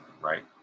right